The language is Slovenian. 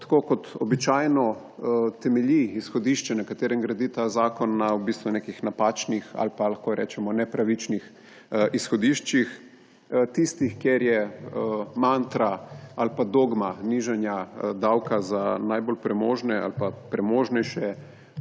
Kot običajno temelji izhodišče, na katerem gradi ta zakon, na v bistvu nekih napačnih ali pa lahko rečemo nepravičnih izhodiščih tistih, kjer je mantra ali pa dogma nižanja davka za najbolj premožne ali pa premožnejše